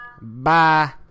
Bye